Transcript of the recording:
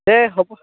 দে হ'ব